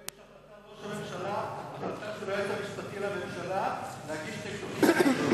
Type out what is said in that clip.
פה יש החלטה של היועץ המשפטי לממשלה להגיש נגדו כתבי-אישום.